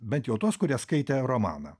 bet jau tuos kurie skaitė romaną